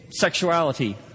Sexuality